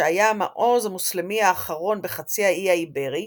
שהיה המעוז המוסלמי האחרון בחצי האי האיברי,